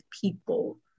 people